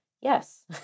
yes